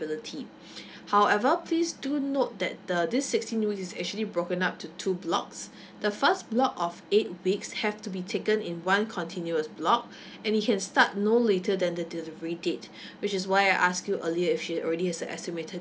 however please do note that the this sixteen weeks is actually broken up to two blocks the first block of eight weeks have to be taken in one continuous block and it can start no later than the delivery date which is why I ask you earlier if she already has a estimated